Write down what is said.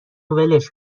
ولش